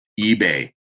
eBay